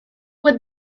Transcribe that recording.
with